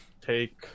take